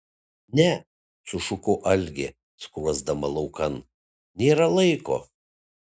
ne sušuko algė skuosdama laukan nėra laiko